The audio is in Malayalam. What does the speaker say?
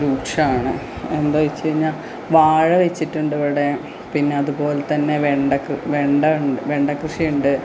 രൂക്ഷമാണ് എന്താച്ച് കഴിഞ്ഞ വാഴ വച്ചിട്ടുണ്ട് ഇവിടെ പിന്നെ അതുപോലെ തന്നെ വെണ്ടയ്ക്ക വെണ്ട ഉണ്ട് വെണ്ട കൃഷിയുണ്ട്